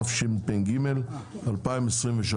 התשפ"ג-2023.